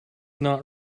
not